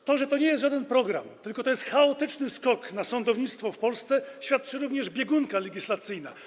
O tym, że to nie jest żaden program, tylko chaotyczny skok na sądownictwo w Polsce, świadczy również biegunka legislacyjna.